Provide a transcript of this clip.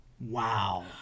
Wow